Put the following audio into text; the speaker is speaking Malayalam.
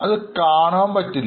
അത് കാണുവാൻപറ്റില്ല